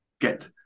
get